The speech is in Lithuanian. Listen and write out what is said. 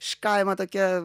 iš kaimo tokia